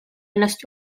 ennast